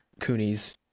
coonies